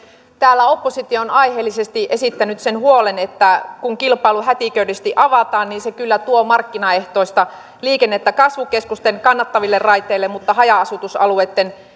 täällä oppositio on aiheellisesti esittänyt sen huolen että kun kilpailu hätiköidysti avataan niin se kyllä tuo markkinaehtoista liikennettä kasvukeskusten kannattaville raiteille mutta haja asutusalueitten